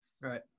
Right